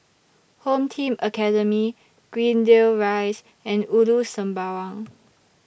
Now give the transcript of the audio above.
Home Team Academy Greendale Rise and Ulu Sembawang